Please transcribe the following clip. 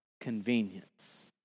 convenience